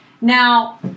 Now